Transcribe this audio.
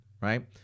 right